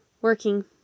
Working